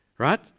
Right